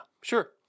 sure